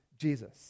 Jesus